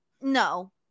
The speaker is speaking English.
No